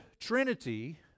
Trinity